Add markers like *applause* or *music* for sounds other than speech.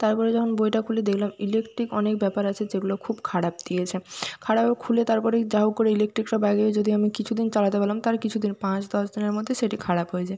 তার পরে যখন বইটা খুলে দেখলাম ইলেকট্রিক অনেক ব্যাপার আছে যেগুলো খুব খারাপ দিয়েছে খারাপ খুলে তার পরেই যা হোক করে ইলেকট্রিক সব *unintelligible* যদি আমি কিছু দিন চালাতে পারলাম তার কিছু দিন পাঁচ দশ দিনের মধ্যে সেটি খারাপ হয়ে যায়